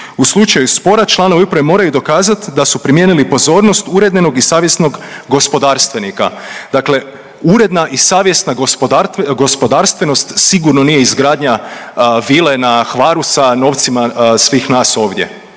U slučaju spora, članovi uprave moraju dokazati da su primijenili pozornost urednog i savjesnog gospodarstvenika. Dakle uredna i savjesna gospodarstvenost sigurno nije izgradnja vile na Hvaru sa novcima svih nas ovdje